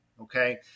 Okay